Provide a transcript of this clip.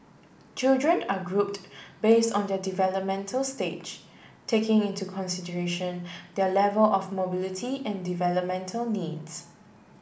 children are grouped base on their developmental stage taking into consideration their level of mobility and developmental needs